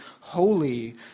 holy